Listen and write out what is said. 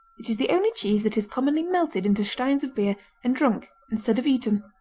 it is the only cheese that is commonly melted into steins of beer and drunk instead of eaten.